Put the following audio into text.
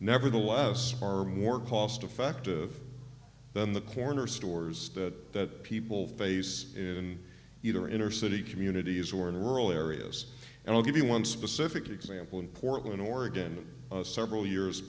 nevertheless are more cost effective than the corner stores that people face in either inner city communities or in rural areas and i'll give you one specific example in portland oregon several years